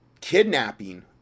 kidnapping